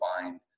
find